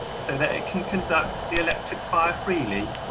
so that it can conduct the electric fire freely,